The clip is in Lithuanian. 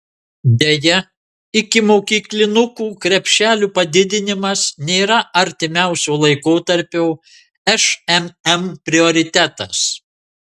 deja ikimokyklinukų krepšelio padidinimas nėra artimiausio laikotarpio šmm prioritetas